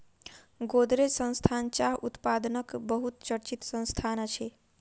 गोदरेज संस्थान चाह उत्पादनक बहुत चर्चित संस्थान अछि